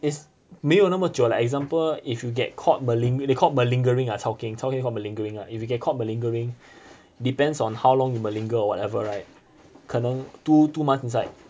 it's 没有那么久 like example if you get caught maling~ they called it malingering ah chao keng chao keng called malingering lah if you get caught malingering depends on how long you malinger or whatever right 可能 two two months inside